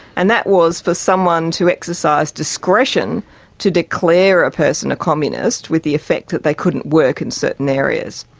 and that was for someone to exercise discretion to declare a person a communist with the effect that they couldn't work in certain areas.